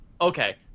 Okay